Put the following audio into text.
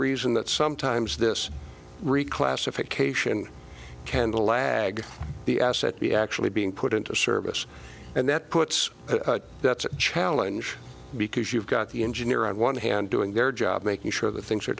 reason that sometimes this reclassification candle lag the asset the actually being put into service and that puts that's a challenge because you've got the engineer on one hand doing their job making sure that things are